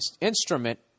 instrument